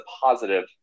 positive